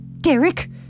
Derek